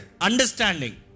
understanding